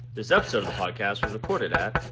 this episode of the podcast was recorded at.